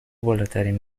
بالاترین